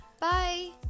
bye